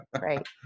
right